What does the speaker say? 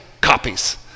copies